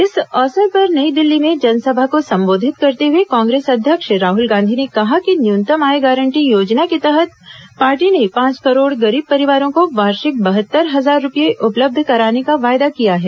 इस अवसर पर नई दिल्ली में जनसभा को संबोधित करते हुए कांग्रेस अध्यक्ष राहुल गांधी ने कहा कि न्यूनतम आय गारंटी योजना के तहत पार्टी ने पांच करोड़ गरीब परिवारों को वार्षिक बहत्तर हजार रुपये उपलब्ध कराने का वायदा किया है